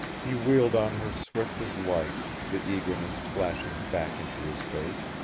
he wheeled on her swift as light, the eagerness flashing back into his face.